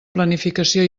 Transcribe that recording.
planificació